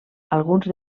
alguns